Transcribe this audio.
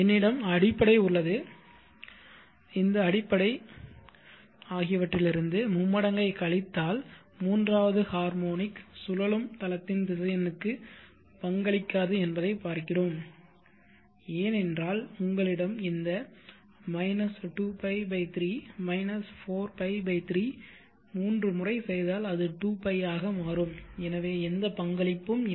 என்னிடம் அடிப்படை உள்ளது இந்த அடிப்படை ஆகியவற்றிலிருந்து மும்மடங்கை கழித்தால் மூன்றாவது ஹார்மோனிக் சுழலும் தளத்தின் திசையனுக்கு பங்களிக்காது என்பதைக் பார்க்கிறோம் ஏனென்றால் உங்களிடம் இந்த 2π 3 4π 3 மூன்று முறை செய்தால் அது 2π ஆக மாறும் எனவே எந்த பங்களிப்பும் இல்லை